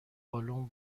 بالن